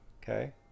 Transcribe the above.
Okay